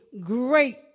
great